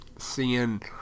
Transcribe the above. Seeing